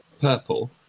purple